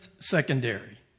Secondary